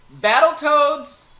Battletoads